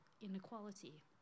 inequality